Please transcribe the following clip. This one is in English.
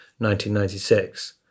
1996